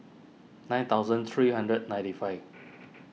nine thousand three hundred ninety five